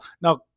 Now